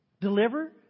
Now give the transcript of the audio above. deliver